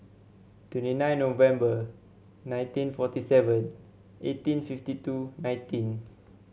twenty nine November nineteen forty seven eighteen fifty two nineteen